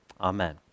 Amen